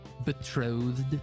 Betrothed